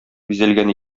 бизәлгән